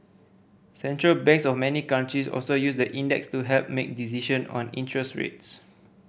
Central Banks of many countries also use the index to help make decision on interest rates